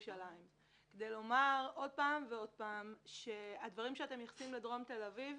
כדי לומר עוד פעם ועוד פעם שהדברים שאתם מייחסים לדרום תל אביב